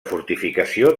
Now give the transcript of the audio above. fortificació